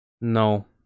No